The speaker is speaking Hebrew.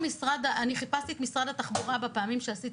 חיפשתי את משרד התחבורה בפעמים שעשיתי